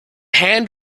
hand